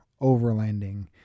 overlanding